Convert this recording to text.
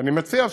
ואני מציע,